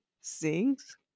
sings